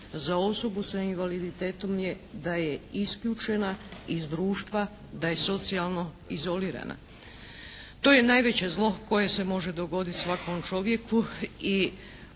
za osobu sa invaliditetom je da je isključena iz društva, da je socijalno izolirana. To je najveće zlo koje se može dogodit svakom čovjeku.